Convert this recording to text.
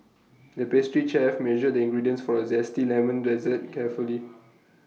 the pastry chef measured the ingredients for A Zesty Lemon Dessert carefully